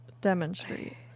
demonstrate